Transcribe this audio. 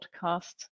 podcast